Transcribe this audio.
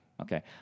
okay